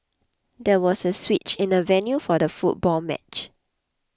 there was a switch in the venue for the football match